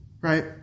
Right